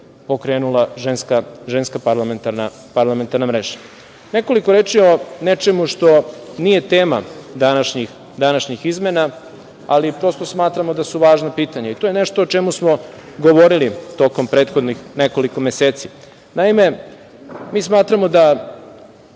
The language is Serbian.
pokrenula Ženska parlamentarna mreža. Nekoliko reči o nečemu što nije tema današnjih izmena, ali prosto, smatramo da su važna pitanja i to je nešto o čemu smo govorili tokom prethodnih nekoliko meseci. Naime, mi smatramo da